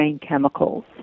chemicals